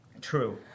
True